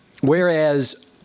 whereas